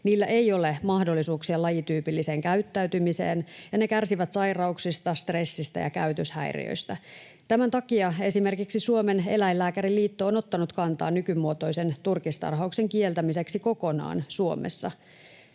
Niillä ei ole mahdollisuuksia lajityypilliseen käyttäytymiseen, ja ne kärsivät sairauksista, stressistä ja käytöshäiriöistä. Tämän takia esimerkiksi Suomen Eläinlääkäriliitto on ottanut kantaa nykymuotoisen turkistarhauksen kieltämiseksi kokonaan Suomessa.